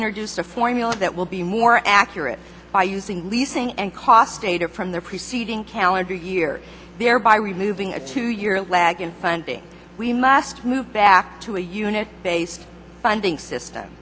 introduced a formula that will be more accurate by using leasing and cost data from the preceding calendar year thereby removing a two year lag in funding we must move back to a unit based funding system